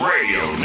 Radio